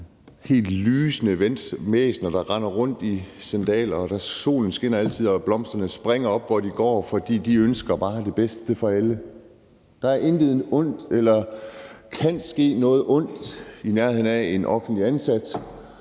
helt lysende væsener, der render rundt i sandaler; solen skinner altid, og blomsterne skyder op, hvor de går, fordi de bare ønsker det bedste for alle. Der er intet ondt og kan ikke ske noget ondt i nærheden af en offentligt ansat.